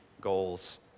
goals